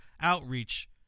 outreach